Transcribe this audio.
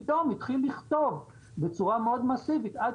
פתאום התחיל לכתוב בצורה מאוד מאסיבית עד